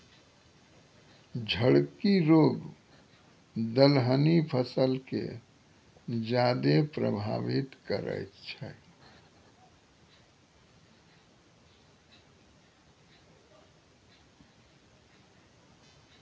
झड़की रोग दलहनी फसल के ज्यादा प्रभावित करै छै